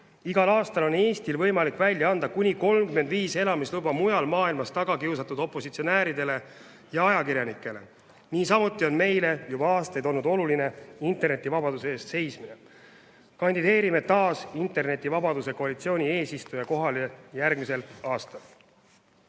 Igal aastal on Eestil võimalik välja anda kuni 35 elamisluba mujal maailmas taga kiusatud opositsionääridele ja ajakirjanikele. Niisamuti on meile juba aastaid olnud oluline internetivabaduse eest seismine. Kandideerime taas internetivabaduse koalitsiooni eesistuja kohale järgmisel aastal.